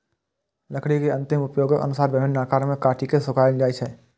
लकड़ी के अंतिम उपयोगक अनुसार विभिन्न आकार मे काटि के सुखाएल जाइ छै